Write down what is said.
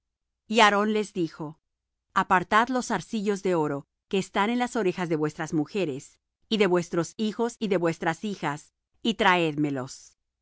y aarón les dijo apartad los zarcillos de oro que están en las orejas de vuestras mujeres y de vuestros hijos y de vuestras hijas y traédmelos